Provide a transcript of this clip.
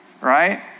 right